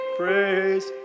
praise